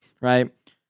right